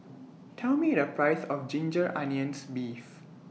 Tell Me The Price of Ginger Onions Beef